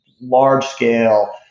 large-scale